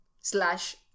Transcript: slash